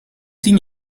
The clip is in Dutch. tien